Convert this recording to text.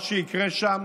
מה שיקרה שם